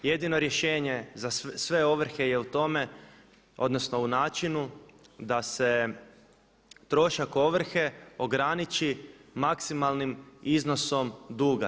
Jedino rješenje za sve ovrhe je u tome odnosno u načinu da se trošak ovrhe ograniči maksimalnim iznosom duga.